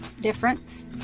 different